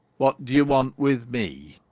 what do you want with me?